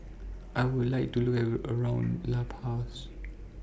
I Would like to Have A Look around La Paz